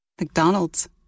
McDonald's